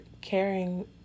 caring